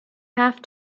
have